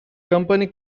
company